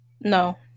no